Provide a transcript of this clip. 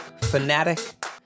fanatic